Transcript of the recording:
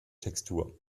textur